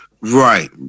right